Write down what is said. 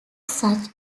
such